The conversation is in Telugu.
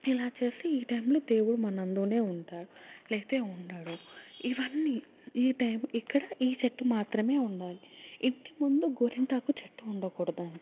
ఇలా చేస్తే ఈ టైంలో దేవుడు మనందునే ఉంటాడు లేకపోతే ఉండడు ఇవ్వన్ని ఈ టైం ఇక్కడ ఈ చెట్టు మాత్రమే ఉండాలి ఇంటి ముందు గోరింటాకు చెట్టు ఉండకూడదు అంట